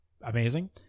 amazing